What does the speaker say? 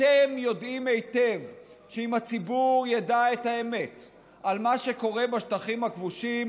אתם יודעים היטב שאם הציבור ידע את האמת על מה שקורה בשטחים הכבושים,